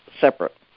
separate